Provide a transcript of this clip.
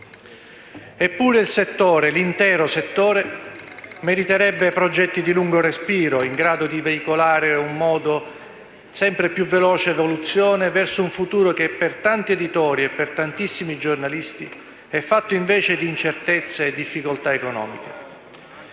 settore, l'intero settore, meriterebbe progetti di lungo respiro, in grado di veicolare un mondo in sempre più veloce evoluzione verso un futuro che, per tanti editori e per tantissimi giornalisti, è fatto invece di incertezze e difficoltà economiche.